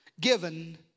given